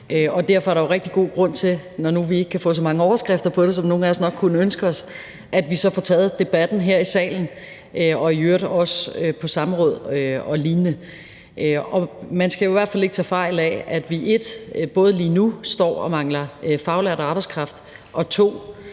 Derfor er der jo rigtig god grund til, når nu vi ikke kan få så mange overskrifter om det, som nogle af os nok kunne ønske os, at vi så får taget debatten her i salen og i øvrigt også på samråd og lignende. Man skal jo i hvert fald ikke tage fejl af, at vi 1) lige nu står og mangler faglært arbejdskraft, at